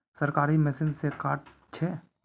सरकारी मशीन से कार्ड छै?